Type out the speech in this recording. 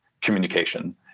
communication